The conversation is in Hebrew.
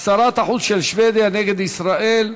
שרת החוץ של שבדיה נגד ישראל,